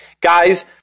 guys